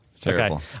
Terrible